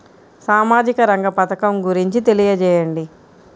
సామాజిక రంగ పథకం గురించి తెలియచేయండి?